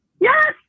Yes